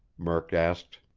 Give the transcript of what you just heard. murk asked.